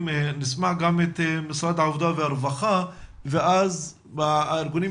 ל ילדים היא בעצם להגן על אותם ילדים שגם האמנה לזכויות